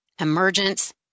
Emergence